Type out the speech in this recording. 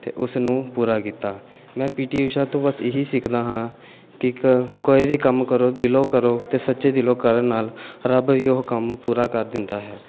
ਅਤੇ ਉਸ ਨੂੰ ਪੂਰਾ ਕੀਤਾ ਮੈਂ ਪੀਟੀ ਊਸ਼ਾ ਤੋਂ ਬਸ ਇਹੀ ਸਿੱਖਦਾ ਹਾਂ ਕਿ ਕ ਕੋਈ ਵੀ ਕੰਮ ਕਰੋ ਦਿਲੋਂ ਕਰੋ ਅਤੇ ਸੱਚੇ ਦਿਲੋਂ ਕਰਨ ਨਾਲ ਰੱਬ ਵੀ ਉਹ ਕੰਮ ਪੂਰਾ ਕਰ ਦਿੰਦਾ ਹੈ